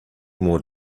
more